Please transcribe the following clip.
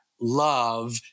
love